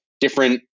different